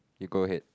you go ahead